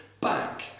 back